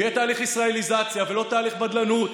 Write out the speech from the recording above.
ויהיה תהליך ישראליזציה ולא תהליך בדלנות,